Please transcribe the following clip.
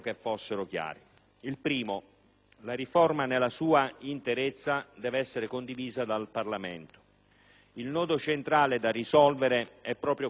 la riforma nella sua interezza deve essere condivisa dal Parlamento. Il nodo centrale da risolvere è proprio questo